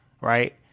right